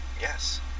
yes